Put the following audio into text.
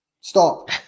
Stop